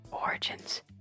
origins